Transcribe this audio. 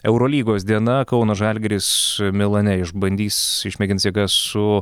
eurolygos diena kauno žalgiris milane išbandys išmėgins jėgas su